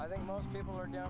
i think most people are now